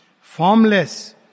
formless